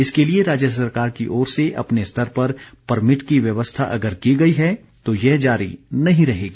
इसके लिए राज्य सरकार की ओर से अपने स्तर पर परमिट की व्यवस्था अगर की गई है तो यह जारी नहीं रहेगी